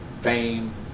fame